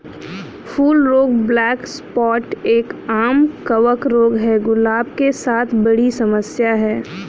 फूल रोग black spot एक, आम कवक रोग है, गुलाब के साथ बड़ी समस्या है